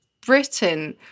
Britain